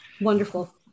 Wonderful